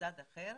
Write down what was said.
מהצד השני,